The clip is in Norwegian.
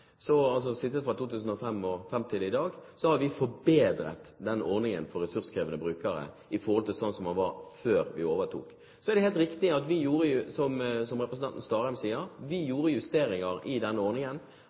sittet – fra 2005 og fram til i dag – har vi forbedret ordningen for ressurskrevende brukere i forhold til sånn den var før vi overtok. Så er det helt riktig, som representanten Starheim sier, at vi gjorde